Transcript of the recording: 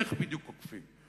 איך בדיוק אוכפים?